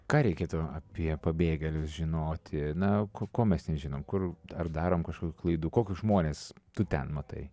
ką reikėtų apie pabėgėlius žinoti na ko ko mes nežinom kur ar darom kažkokių klaidų kokius žmones tu ten matai